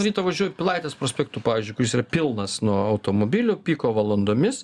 ryto važiuoju pilaitės prospektu pavyzdžiui kuris yra pilnas nuo automobilių piko valandomis